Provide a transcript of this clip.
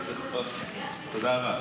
תודה רבה.